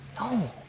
No